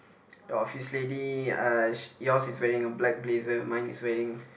the office lady uh she yours is wearing a black blazer mine is wearing